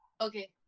Okay